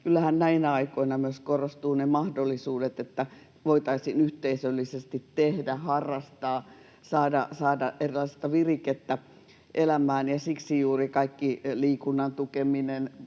näinä aikoina myös korostuvat ne mahdollisuudet, että voitaisiin yhteisöllisesti tehdä, harrastaa, saada erilaista virikettä elämään, ja siksi juuri kaikki liikunnan tukeminen